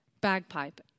bagpipe